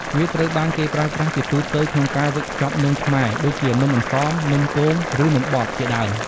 វាត្រូវបានគេប្រើប្រាស់ជាទូទៅក្នុងការវេចខ្ចប់នំខ្មែរ ដូចជានំអន្សម នំគម ឬនំបត់ ជាដើម។